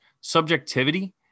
subjectivity